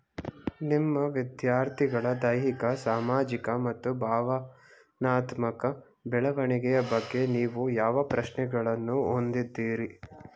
ನಿಮ್ಮ ವಿದ್ಯಾರ್ಥಿಗಳ ದೈಹಿಕ ಸಾಮಾಜಿಕ ಮತ್ತು ಭಾವನಾತ್ಮಕ ಬೆಳವಣಿಗೆಯ ಬಗ್ಗೆ ನೀವು ಯಾವ ಪ್ರಶ್ನೆಗಳನ್ನು ಹೊಂದಿದ್ದೀರಿ?